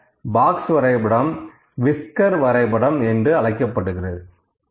இந்த பாக்ஸ் வரைபடம் விஸ்கர் வரைபடம் என்றும் அழைக்கப்படுகிறது